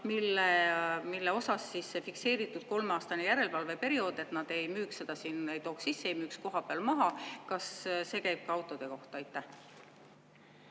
siis see fikseeritud kolmeaastane järelevalveperiood, et nad ei müüks seda siin, ei tooks sisse, ei müüks kohapeal maha, kas see käib ka autode kohta? Aitäh!